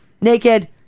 naked